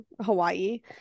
hawaii